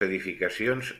edificacions